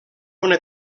una